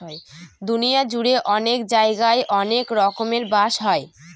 দুনিয়া জুড়ে অনেক জায়গায় অনেক রকমের বাঁশ হয়